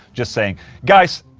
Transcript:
just saying guys.